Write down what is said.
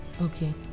Okay